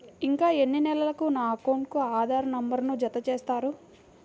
ఇంకా ఎన్ని నెలలక నా అకౌంట్కు ఆధార్ నంబర్ను జత చేస్తారు?